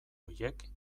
horiek